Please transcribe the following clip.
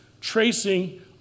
tracing